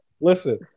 Listen